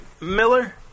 Miller